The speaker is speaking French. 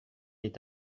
est